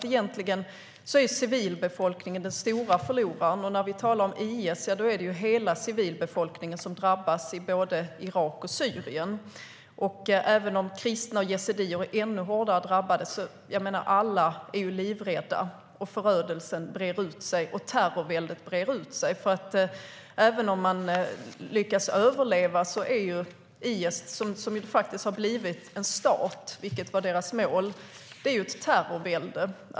Egentligen är civilbefolkningen den stora förloraren, och när vi talar om IS är det hela civilbefolkningen som drabbas i både Irak och Syrien. Även om kristna och yazidier är ännu hårdare drabbade är ju alla livrädda, och förödelsen och terrorväldet breder ut sig. Även om man lyckas överleva är IS - som faktiskt har blivit en stat, vilket var deras mål - ett terrorvälde.